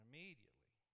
Immediately